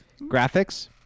Graphics